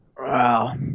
Wow